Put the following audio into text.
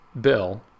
bill